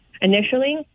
initially